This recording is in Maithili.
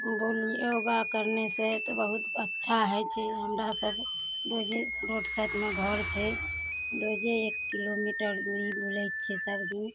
बोल योगा करने से तऽ बहुत अच्छा होइ छै हमरा सब रोजे रोड साइड मे घर छै रोजे एक किलोमीटर दूरी बूलै छियै सबदिन